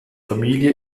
familie